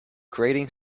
grating